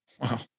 Wow